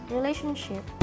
Relationship